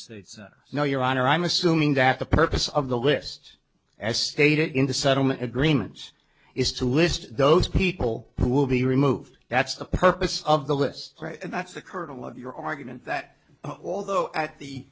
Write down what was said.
states no your honor i'm assuming that the purpose of the list as stated in the settlement agreements is to list those people who will be removed that's the purpose of the list and that's the kernel of your argument that although at the